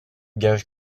gage